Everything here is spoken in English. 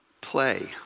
Play